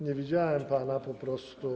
Nie widziałem pana po prostu.